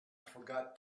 forgot